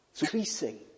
increasing